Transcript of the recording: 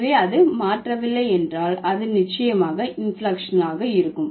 எனவே அது மாற்றவில்லை என்றால் அது நிச்சயமாக இன்பிளெக்க்ஷனல் இருக்கும்